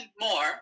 more